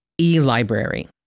e-library